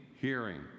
hearing